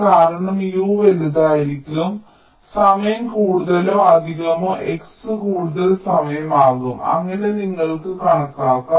കാരണം U വലുതായിരിക്കും സമയം കൂടുതലോ അധികമോ X കൂടുതൽ സമയം ആകും അങ്ങനെ നിങ്ങൾക്ക് കണക്കാക്കാം